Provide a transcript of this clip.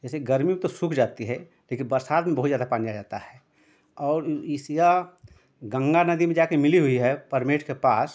जैसे गर्मी में तो सूख जाती है लेकिन बरसात में बहुत ज़्यादा पानी आ जाता है और इस यह गंगा नदी में जा कर मिली हुई है परमेठ के पास